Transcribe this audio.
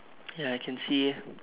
ya I can see eh